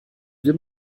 will